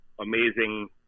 amazing